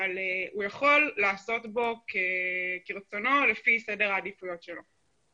אבל הוא יכול לעשות בו כרצונו לפי סדר העדיפויות שלו.